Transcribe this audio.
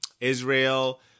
Israel